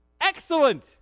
excellent